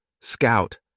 Scout